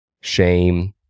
shame